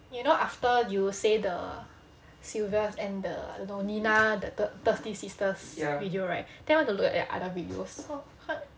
you know after you say the sylvia and the nina the thirsty sisters video right then I went to look at their other videos so quite